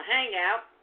Hangout